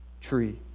tree